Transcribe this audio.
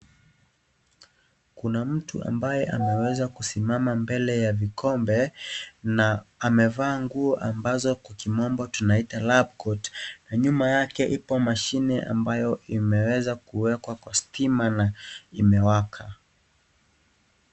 Kuna mtu ambaye ameweza kusimama mbele ya vikombe na amevaa nguo ambazo kimombo tunaona lab coat , na nyuma yake ipo mashine ambayo imeweza kuwekwa stima na imewaka.